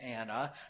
Anna